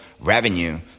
revenue